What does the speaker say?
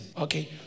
Okay